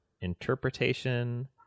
interpretation